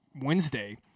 Wednesday